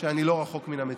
שאני לא רחוק מהמציאות.